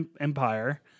Empire